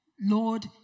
Lord